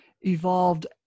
evolved